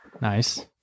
Nice